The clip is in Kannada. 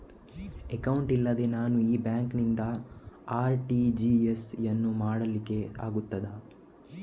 ಅಕೌಂಟ್ ಇಲ್ಲದೆ ನಾನು ಈ ಬ್ಯಾಂಕ್ ನಿಂದ ಆರ್.ಟಿ.ಜಿ.ಎಸ್ ಯನ್ನು ಮಾಡ್ಲಿಕೆ ಆಗುತ್ತದ?